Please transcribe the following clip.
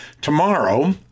tomorrow